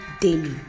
daily